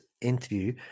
interview